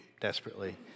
desperately